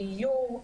דיור,